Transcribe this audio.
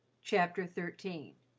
chapter thirteen